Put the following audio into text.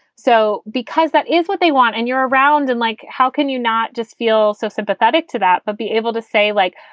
so because that is what they want and you're around and like, how can you not just feel so sympathetic to that, but be able to say, like,